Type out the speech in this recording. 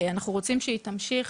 אנחנו רוצים שהיא תמשיך.